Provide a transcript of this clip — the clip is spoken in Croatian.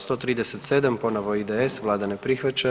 140. ponovo IDS, Vlada ne prihvaća.